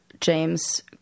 James